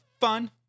fun